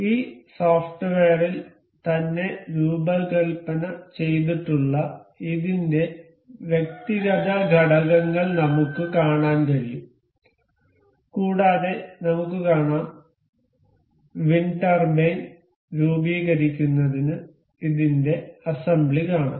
ഈ സോഫ്റ്റ്വെയറിൽ തന്നെ രൂപകൽപ്പന ചെയ്തിട്ടുള്ള ഇതിന്റെ വ്യക്തിഗത ഘടകങ്ങൾ നമുക്ക് കാണാൻ കഴിയും കൂടാതെ നമുക്ക് കാണാം കൂടാതെ വിൻഡ് ടർബൈൻ രൂപീകരിക്കുന്നതിന് ഇതിന്റെ അസംബ്ലി കാണാം